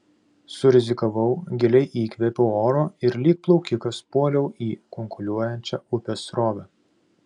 surizikavau giliai įkvėpiau oro ir lyg plaukikas puoliau į kunkuliuojančią upės srovę